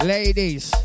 Ladies